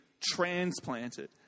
transplanted